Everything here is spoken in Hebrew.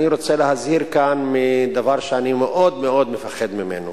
אני רוצה להזהיר כאן מדבר שאני מאוד מפחד ממנו,